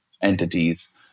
entities